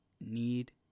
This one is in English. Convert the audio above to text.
need